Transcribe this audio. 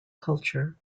culture